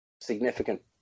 significant